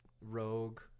rogue